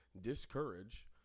discourage